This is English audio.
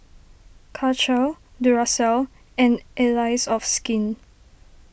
Karcher Duracell and Allies of Skin